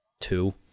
Two